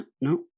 no